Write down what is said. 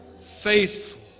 faithful